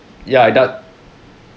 ya I doubt